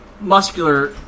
muscular